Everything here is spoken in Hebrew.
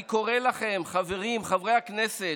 אני קורא לכם, חברים, חברי הכנסת: